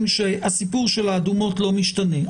שהסיפור של המדינות האדומות לא משתנה,